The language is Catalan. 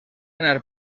anar